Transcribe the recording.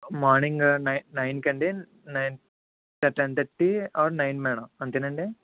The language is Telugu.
మార్నింగ్ నైన్ నైన్కి అండి nine ten thirty or nine madam అంతేనండి